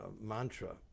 mantra